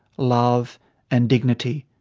love and dignity.